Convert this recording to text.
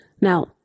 Now